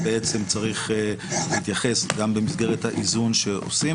בעצם צריך להתייחס גם במסגרת האיזון שעושים.